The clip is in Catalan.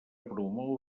promou